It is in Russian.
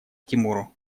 тимуру